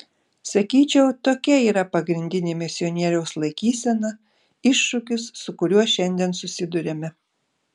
sakyčiau tokia yra pagrindinė misionieriaus laikysena iššūkis su kuriuo šiandien susiduriame